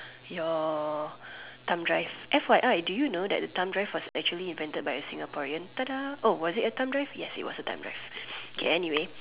your thumb drive F_Y_I do you know that the thumb drive was actually invented by a Singaporean !tada! oh was it a thumb drive yes it was a thumb drive okay anyway